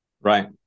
Right